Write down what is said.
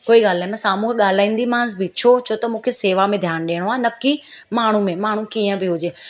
कोई ॻाल्हि न आहे मां साम्हूं ॻाल्हाईंदी मांसि बि छो छो त मूंखे शेवा में ध्यानु ॾियणो आहे न की माण्हू में माण्हू कीअं बि हुजे